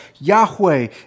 Yahweh